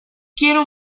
quiero